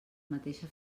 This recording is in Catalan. mateixa